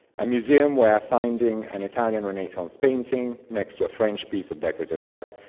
a museum where finding an italian renaissance painting next to a french piece of decorative art,